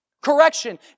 Correction